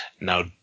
Now